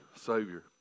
Savior